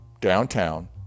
downtown